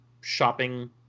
shopping